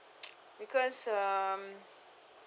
because um